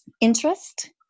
interest